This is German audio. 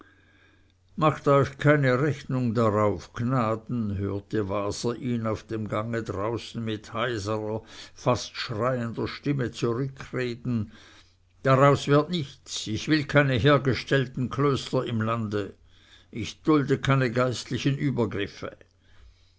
macht euch keine rechnung darauf gnaden hörte waser ihn auf dem gange draußen mit heiserer fast schreiender stimme zurückreden daraus wird nichts ich will keine hergestellten klöster im lande ich dulde keine geistlichen übergriffe